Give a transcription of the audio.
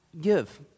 give